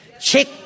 check